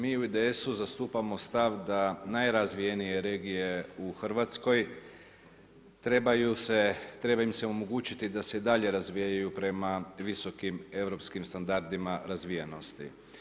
Mi u IDS-u zastupamo stav da najrazvijenije regije u Hrvatskoj trebaju se, treba im se omogućiti da se i dalje razvijaju prema visokim europskim standardima razvijenosti.